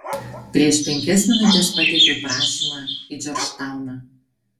prieš penkias minutes pateikiau prašymą į džordžtauną